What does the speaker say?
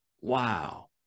wow